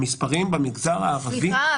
המספרים במגזר הערבי הם --- סליחה,